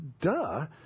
duh